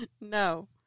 No